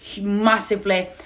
massively